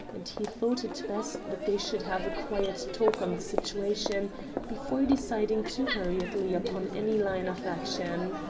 and he thought it best that they should have a quiet talk on the situation before deciding too hurriedly upon any line of action.